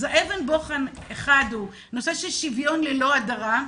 אבן בוחן אחת נושא של שוויון ללא הדרה,